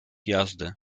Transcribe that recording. jazdy